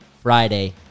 Friday